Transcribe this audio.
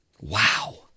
Wow